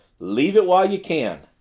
leave it while ye can.